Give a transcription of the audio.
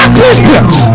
Christians